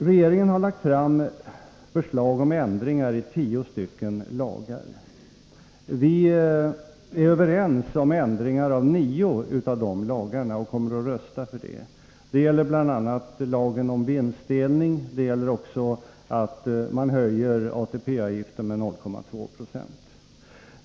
Regeringen har lagt fram förslag om ändringar i tio stycken lagar. Vi är överens med regeringen om nio av ändringarna och kommer att rösta på dem. Det gäller bl.a. lagen om vinstdelning och att man höjer ATP-avgiften med 0,2 9.